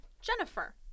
Jennifer